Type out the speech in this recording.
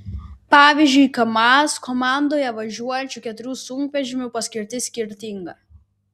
pavyzdžiui kamaz komandoje važiuojančių keturių sunkvežimių paskirtis skirtinga